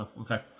Okay